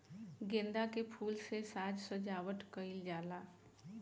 गेंदा के फूल से साज सज्जावट कईल जाला